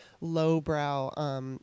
lowbrow